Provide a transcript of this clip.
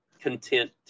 content